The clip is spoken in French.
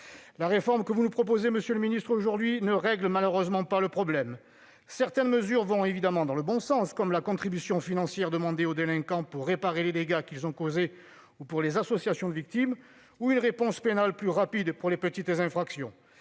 La réforme que vous nous proposez aujourd'hui, monsieur le garde des sceaux, ne règle malheureusement pas le problème ! Certaines mesures vont certes dans le bon sens, comme la contribution financière demandée aux délinquants pour la réparation des dégâts qu'ils ont causés ou pour les associations de victimes, mais aussi une réponse pénale plus rapide pour les petites infractions.